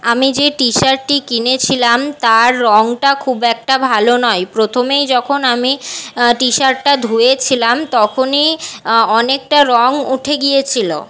আমি যেই টি শার্টটি কিনেছিলাম তার রংটা খুব একটা ভালো নয় প্রথমেই যখন আমি টি শার্টটা ধুয়েছিলাম তখনই অনেকটা রং উঠে গিয়েছিলো